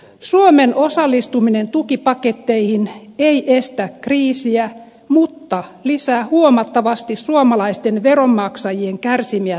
suomen osallistuminen tukipaketteihin ei estä kriisiä mutta lisää huomattavasti suomalaisten veronmaksajien kärsimiä tappioita